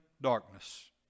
darkness